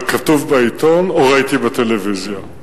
כתוב בעיתון" או "ראיתי בטלוויזיה".